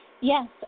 Yes